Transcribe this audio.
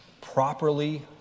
properly